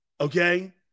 okay